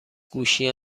گوشی